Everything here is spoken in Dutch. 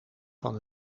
van